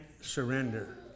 surrender